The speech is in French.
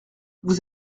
vous